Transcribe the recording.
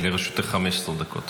לרשותך 15 דקות.